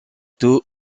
tôt